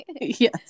yes